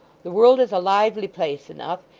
the world is a lively place enough,